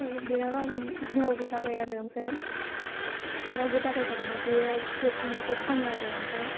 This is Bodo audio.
आरो बेनाव रावबो रावबो दाबाय आरो आमफ्राय रावबो दाबायखा बेनाव बियो डेट थांनायखौ फानो आरो आमफ्राय